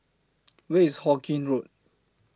Where IS Hawkinge Road